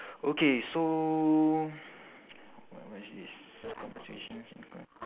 okay so what what is this common situations in c~